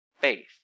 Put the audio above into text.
faith